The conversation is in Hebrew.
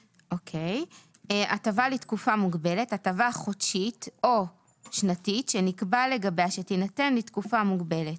מוגבלת" הטבה חודשית או שנתית שנקבע לגביה שתינתן לתקופה מוגבלת.